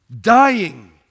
dying